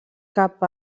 cap